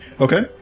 Okay